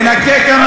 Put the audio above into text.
חבר הכנסת, תנכה כמה